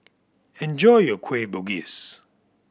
enjoy your Kueh Bugis